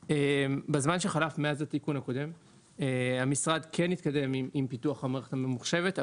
בזמן שחלף מאז התיקון הקודם המשרד כן התקדם עם פיתוח המערכת הממוחשבת,